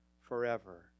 forever